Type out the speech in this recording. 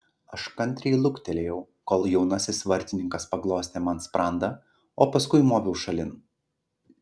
aš kantriai luktelėjau kol jaunasis vartininkas paglostė man sprandą o paskui moviau šalin